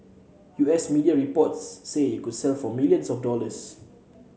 U S media reports say it could sell for million of dollars